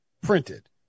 printed